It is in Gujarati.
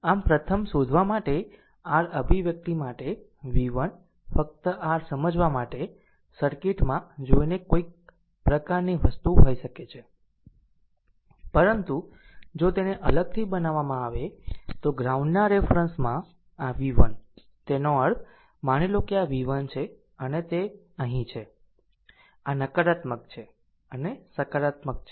આમ પ્રથમ શોધવા માટે r અભિવ્યક્તિ માટે v1 ફક્ત r સમજવા માટે સર્કિટમાં જોઈને કંઈક પ્રકારની વસ્તુ હોઈ શકે છે પરંતુ જો તેને અલગથી બનાવવામાં આવે તો ગ્રાઉન્ડના રેફરન્સ માં આ v1 તેનો અર્થ માની લો કે આ v1 છે અને તે અહીં છે આ નકારાત્મક છે અને આ સકારાત્મક છે